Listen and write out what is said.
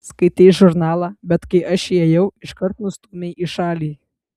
skaitei žurnalą bet kai aš įėjau iškart nustūmei į šalį